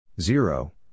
Zero